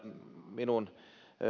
minun